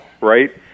right